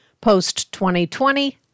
Post-2020